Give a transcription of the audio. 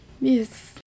Yes